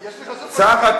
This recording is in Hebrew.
יש לך סופר